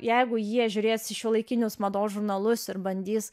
jeigu jie žiūrės į šiuolaikinius mados žurnalus ir bandys